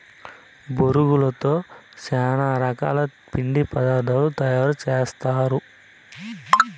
బొరుగులతో చానా రకాల తిండి పదార్థాలు తయారు సేస్తారు